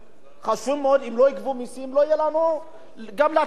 אם לא יגבו מסים לא יהיה לנו גם לתת שום דבר כמעט.